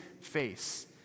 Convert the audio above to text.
face